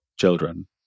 children